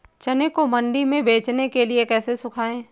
चने को मंडी में बेचने के लिए कैसे सुखाएँ?